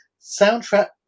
Soundtrack